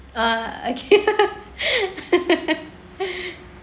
uh